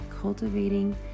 cultivating